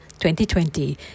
2020